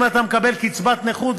אם אתה מקבל קצבת נכות,